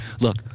look